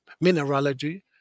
mineralogy